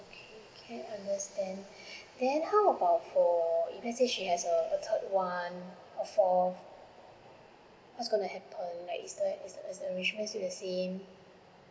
okay can understand then how about for if let's say she has a third one a fourth what is going to happen like is that is the arrangement still the same